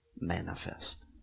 manifest